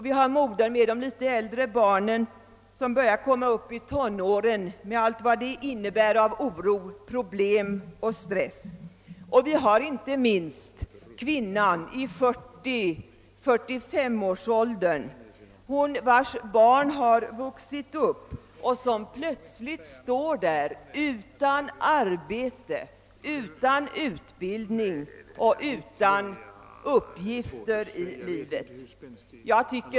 Vi har modern med de litet äldre barnen vilka börjar komma upp i tonåren, med allt vad det innebär av problem, oro och stress. Vi har inte minst kvinnan i 40—45-årsåldern, vars barn har vuxit upp och som plötsligt står där utan arbete, utan utbildning och utan uppgifter i livet.